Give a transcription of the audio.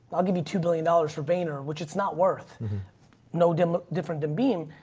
i'll give you two billion dollars for vayner, which it's not worth no different different than beam,